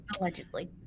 Allegedly